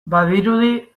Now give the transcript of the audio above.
badirudi